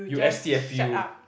you S T F U